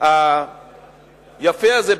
היפה הזה.